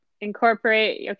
incorporate